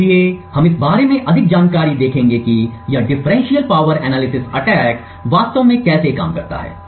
इसलिए हम इस बारे में अधिक जानकारी देखेंगे कि यह डिफरेंशियल पावर एनालिसिस अटैक वास्तव में कैसे काम करता है